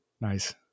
Nice